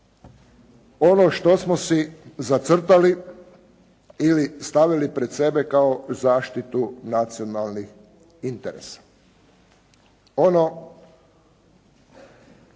ono što smo si zacrtali ili stavili pred sebe kao zaštitu nacionalnih interesa.